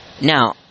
Now